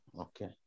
Okay